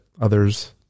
others